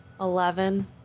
Eleven